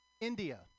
India